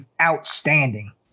outstanding